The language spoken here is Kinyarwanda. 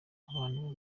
abantu